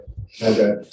Okay